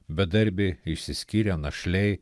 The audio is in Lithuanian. bedarbiai išsiskyrę našliai